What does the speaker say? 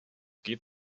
geht